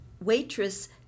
waitress